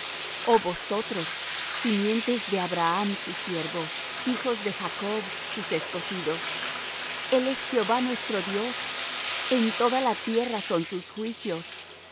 oh vosotros simiente de abraham su siervo hijos de jacob sus escogidos el es jehová nuestro dios en toda la tierra son sus juicios